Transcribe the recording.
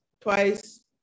twice